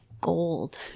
gold